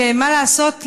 ש-מה לעשות,